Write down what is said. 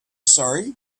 sorry